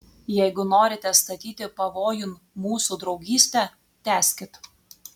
jeigu norite statyti pavojun mūsų draugystę tęskit